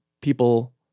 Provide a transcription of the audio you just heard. people